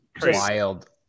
Wild